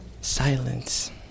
Silence